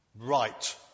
Right